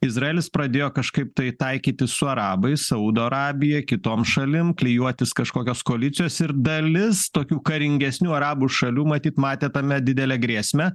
izraelis pradėjo kažkaip tai taikytis su arabais saudo arabija kitom šalim klijuotis kažkokios koalicijos ir dalis tokių karingesnių arabų šalių matyt matė tame didelę grėsmę